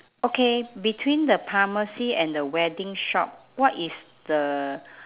okay between the pharmacy and the wedding shop what is the